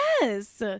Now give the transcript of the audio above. Yes